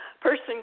person